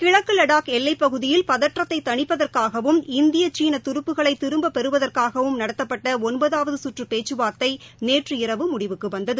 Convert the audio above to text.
கிழக்கு வடாக் எல்லைப்பகுதியில் பதற்றத்தை தணிப்பதற்காகவும் இந்திய சீன துருப்புகளை திரும்பப் பெறுவதற்காகவும் நடத்தப்பட்ட ஒன்பதாவது கற்று பேச்சுவார்த்தை நேற்று இரவு முடிவுக்கு வந்தது